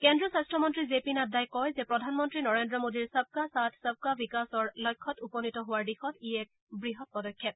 কেন্দ্ৰীয় স্বাস্থ্য মন্ত্ৰী জে পি নাড্ডাই কয় যে প্ৰধানমন্ত্ৰী নৰেন্দ্ৰ মোদীৰ সবকা সাথ সব্কা বিকাশৰ লক্ষ্যত উপনীত হোৱাৰ দিশত ই এক বৃহৎ পদক্ষেপ